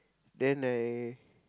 then I